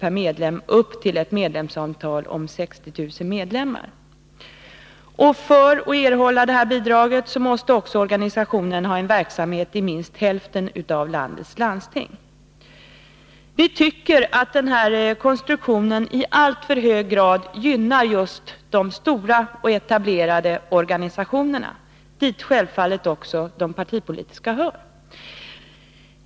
per medlem upp till ett medlemsantal om 60 000 medlemmar. För att erhålla bidrag måste också organisationen ha en verksamhet i minst hälften av landets landsting. Vi tycker att denna konstruktion i alltför hög grad gynnar de stora och etablerade organisationerna, dit självfallet också de partipolitiska hör.